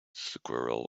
squirrel